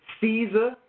Caesar